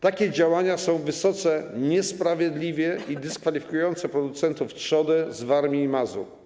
Takie działania są wysoce niesprawiedliwe i dyskwalifikujące producentów trzody z Warmii i Mazur.